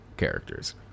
characters